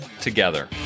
together